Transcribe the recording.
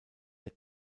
der